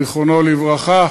זיכרונו לברכה,